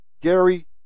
Gary